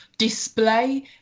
display